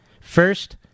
First